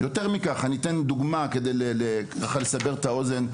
יותר מכך, אני אתן דוגמה כדי לסבר את האוזן.